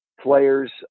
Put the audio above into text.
players